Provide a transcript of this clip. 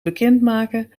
bekendmaken